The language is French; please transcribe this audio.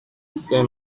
saint